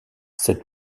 cette